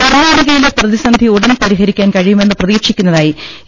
കർണ്ണാടകയിലെ പ്രതിസന്ധി ഉടൻ പരിഹരിക്കാൻ കഴിയുമെന്ന് പ്രതീ ക്ഷിക്കുന്നതായി എ